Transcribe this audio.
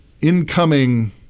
incoming